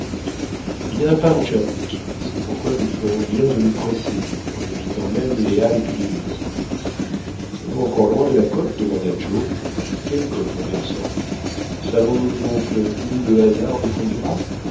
il n'y en a pas mon cher dick c'est pourquoi nous ferions bien de nous presser en évitant même les haltes de nuit sommes-nous encore loin de la côte demanda joe quelle côte mon garçon savons-nous donc où le hasard nous conduira